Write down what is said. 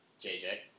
JJ